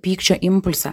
pykčio impulsą